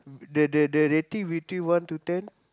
the the the rating between one to ten